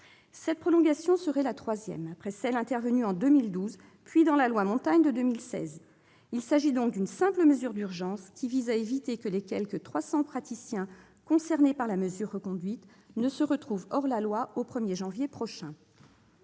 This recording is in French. Cette prolongation serait la troisième, après celle qui est intervenue en 2012, puis dans la loi Montagne de 2016. Il s'agit donc d'une simple mesure d'urgence, qui vise à éviter que les quelque 300 praticiens concernés par la mesure reconduite ne se retrouvent hors-la-loi le 1 janvier prochain.